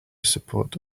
support